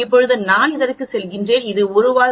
இப்போது நான் இதற்குச் செல்கிறேன் இது 1 வால் சோதனை 0